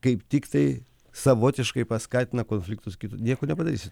kaip tiktai savotiškai paskatina konfliktus kitu nieko nepadarysi